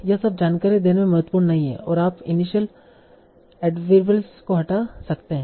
यह सब जानकारी देने में महत्वपूर्ण नहीं है और आप इनिशियल एद्वर्बिअल्स को हटा सकते हैं